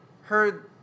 heard